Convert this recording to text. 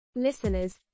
Listeners